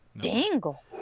Dangle